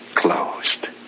Closed